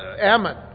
Ammon